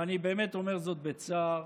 ואני באמת אומר זאת בצער,